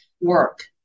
work